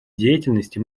деятельности